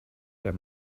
der